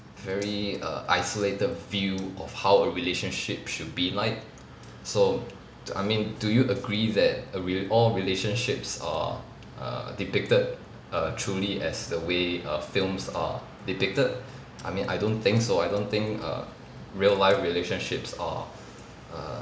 very err isolated view of how a relationship should be like so I mean do you agree that a re~ all relationships are err depicted err truly as the way err films are depicted I mean I don't think so I don't think err real life relationships are err